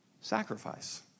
sacrifice